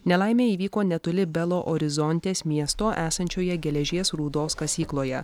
nelaimė įvyko netoli belo orizontės miesto esančioje geležies rūdos kasykloje